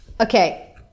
Okay